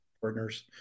partners